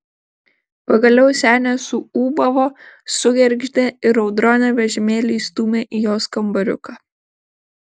pagaliau senė suūbavo sugergždė ir audronė vežimėlį įstūmė į jos kambariuką